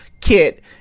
kit